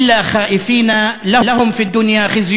אלה, לא יוּתר להם להיכנס אליהם בלא חשש.